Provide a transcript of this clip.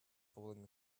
falling